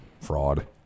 Fraud